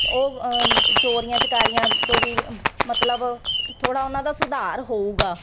ਉਹ ਚੋਰੀਆਂ ਚਕਾਰੀਆਂ ਤੋਂ ਵੀ ਵ ਮਤਲਬ ਥੋੜ੍ਹਾ ਉਹਨਾਂ ਦਾ ਸੁਧਾਰ ਹੋਵੇਗਾ